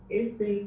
este